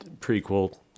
Prequel